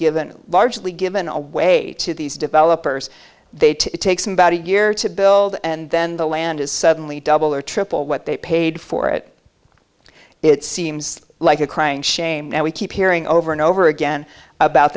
given largely given away to these developers they to take somebody year to build and then the land is suddenly double or triple what they paid for it it seems like a crying shame that we keep hearing over and over again about